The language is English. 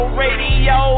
radio